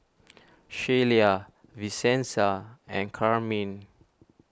Shelia Vincenza and Carmine